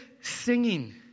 singing